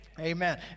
Amen